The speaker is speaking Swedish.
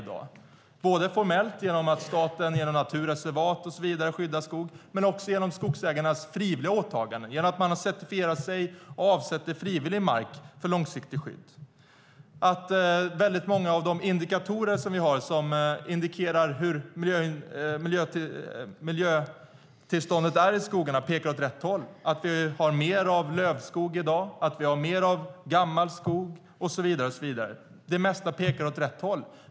Det har skett formellt genom att staten skyddar skog i form av naturreservat, men också genom skogsägarnas frivilliga åtaganden. Man har certifierat sig och avsatt frivillig mark för långsiktigt skydd. Många av de indikatorer som visar hur miljötillståndet är i skogarna pekar åt rätt håll. Vi har mer lövskog och gammal skog. Det mesta pekar åt rätt håll.